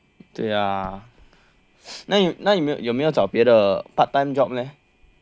对呀那那有没有有没有找别的 part time job leh